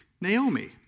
Naomi